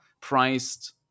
priced